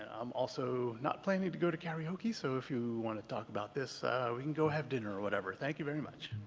i'm also not planning to go to karaoke so if you want to talk about this we could and go have dinner or whatever. thank you very much.